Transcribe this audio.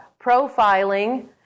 profiling